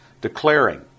declaring